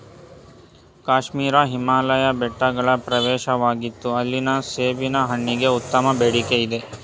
ಕಾಶ್ಮೀರ ಹಿಮಾಲಯ ಬೆಟ್ಟಗಳ ಪ್ರವೇಶವಾಗಿತ್ತು ಅಲ್ಲಿನ ಸೇಬಿನ ಹಣ್ಣಿಗೆ ಉತ್ತಮ ಬೇಡಿಕೆಯಿದೆ